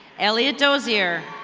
elliot dozer.